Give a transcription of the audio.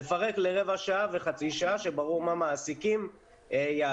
לפרק לרבע שעה וחצי שעה, כשברור מה מעסיקים יעשו.